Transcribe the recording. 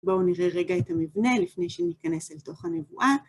בואו נראה רגע את המבנה לפני שניכנס אל תוך הנבואה.